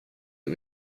ett